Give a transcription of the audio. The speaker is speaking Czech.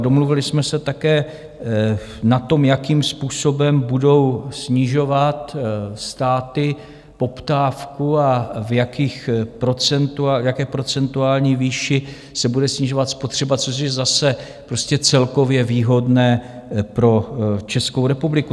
Domluvili jsme se také na tom, jakým způsobem budou snižovat státy poptávku a v jaké procentuální výši se bude snižovat spotřeba, což je zase prostě celkově výhodné pro Českou republiku.